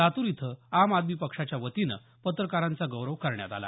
लातूर इथं आम आदमी पक्षाच्या वतीनं पत्रकारांचा गौरव करण्यात आला